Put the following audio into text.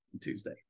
Tuesday